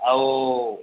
ଆଉ